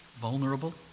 Vulnerable